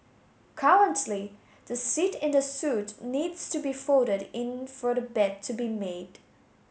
currently the seat in the suite needs to be folded in for the bed to be made